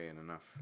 enough